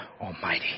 Almighty